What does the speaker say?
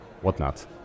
whatnot